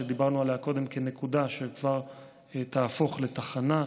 שדיברנו עליה קודם כנקודה שכבר תהפוך לתחנה,